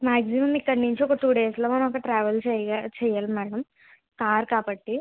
maximum ఇక్కడనుంచి ఒక two డేస్లో మనం అక్కడ ట్రావెల్ చెయ్యా చెయ్యాలి మేడం కార్ కాబట్టి